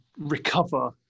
recover